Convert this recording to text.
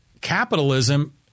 capitalism